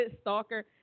stalker